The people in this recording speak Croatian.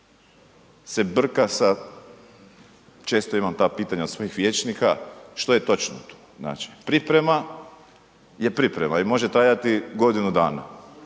se brka sa, često imam ta pitanja svojih vijećnika, što je točno tu, znači, priprema je priprema i može trajati godinu dana